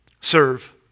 Serve